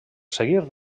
seguir